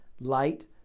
light